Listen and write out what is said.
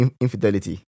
infidelity